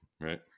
Right